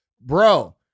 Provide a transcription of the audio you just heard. Bro